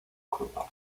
crudo